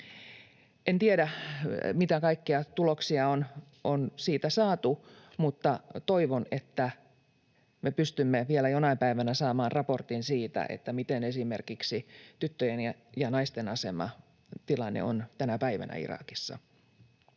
En tiedä, mitä kaikkia tuloksia on siitä saatu, mutta toivon, että me pystymme vielä jonain päivänä saamaan raportin siitä, millainen esimerkiksi tyttöjen ja naisten tilanne on tänä päivänä Irakissa.